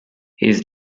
his